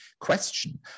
question